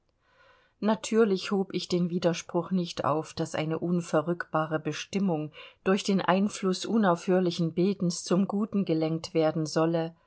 natürlich hob ich den widerspruch nicht auf daß eine unverrückbare bestimmung durch den einfluß unaufhörlichen betens zum guten gelenkt werden solle